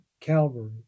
Calvary